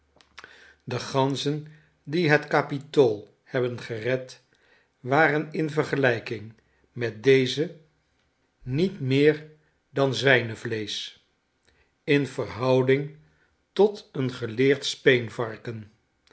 de ganzen die het kapitool hebben gered waren in vergelijking met deze niet meer dan zwijnenvleesch in verhouding tot een geleerd